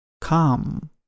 Come